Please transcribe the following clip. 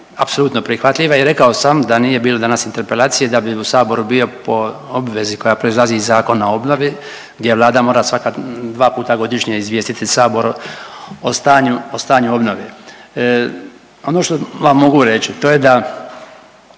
apsolutno prihvatljiva i rekao sam da nije bilo danas interpelacije, da bi po Saboru bio po obvezi koja proizlazi iz Zakona o obnovi gdje Vlada mora svaka 2 puta godišnje izvijestiti Sabor o stanju u obnovu. Ono što vam mogu reći, to je da